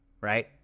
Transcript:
right